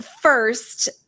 first